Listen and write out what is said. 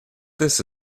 this